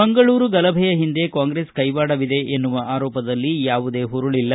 ಮಂಗಳೂರು ಗಲಭೆಯ ಹಿಂದೆ ಕಾಂಗ್ರೆಸ್ ಕೈವಾಡವಿದೆ ಎನ್ನುವ ಆರೋಪದಲ್ಲಿ ಯಾವುದೇ ಹುರಳಲ್ಲ